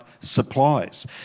supplies